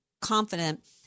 confident